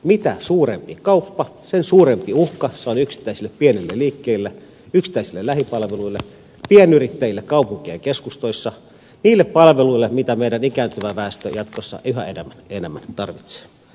mitä suurempi kauppa sen suurempi uhka se on yksittäisille pienille liikkeille yksittäisille lähipalveluille pienyrittäjille kaupunkien keskustoissa niille palveluille mitä meidän ikääntyvä väestö jatkossa yhä enemmän tarvitsee